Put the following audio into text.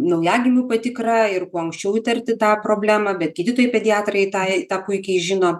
naujagimių patikra ir kuo anksčiau įtarti tą problemą bet gydytojai pediatrai tą tą puikiai žino